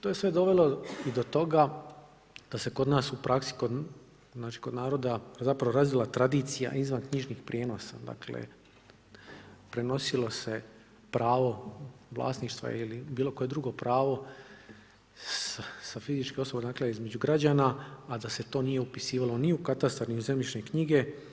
To je sve dovelo i do toga da se kod nas u praksi kod naroda razvila tradicija izvanknjižnih prijenosa, dakle prenosilo se pravo vlasništva ili bilo koje drugo pravo sa fizičke osobe dakle između građana, a da se to nije upisivalo ni u katastar ni u zemljišne knjige.